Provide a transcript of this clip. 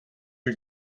you